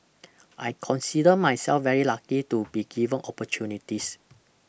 I consider myself very lucky to be given opportunities